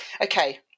okay